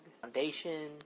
Foundation